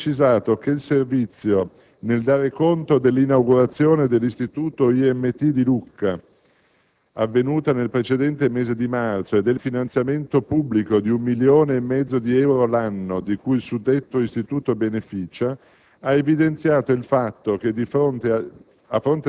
ha precisato che il servizio nel dare conto dell'inaugurazione dell'Istituto IMT di Lucca, avvenuta nel precedente mese di marzo, e del finanziamento pubblico di 1,5 milioni di euro l'anno di cui il suddetto istituto beneficia, ha evidenziato il fatto che a fronte